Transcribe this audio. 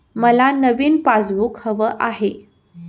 मला नवीन पासबुक हवं आहे